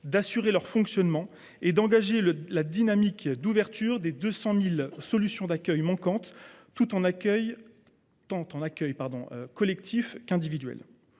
d’assurer leur fonctionnement et d’engager la dynamique d’ouverture des 200 000 solutions d’accueil manquantes, en accueil collectif comme individuel.